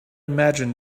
imagined